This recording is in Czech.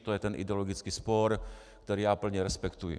To je ten ideologický spor, který já plně respektuji.